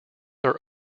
are